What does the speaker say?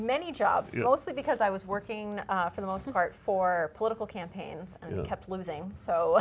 many jobs and also because i was working for the most part for political campaigns you know kept losing so